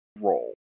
role